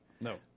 No